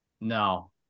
No